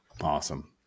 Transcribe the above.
awesome